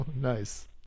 Nice